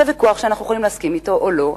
זה ויכוח שאנחנו יכולים להסכים עליו או לא,